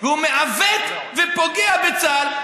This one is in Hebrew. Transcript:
והוא מעוות ופוגע בצה"ל.